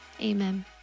Amen